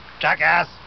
jackass